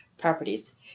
properties